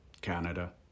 Canada